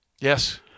Yes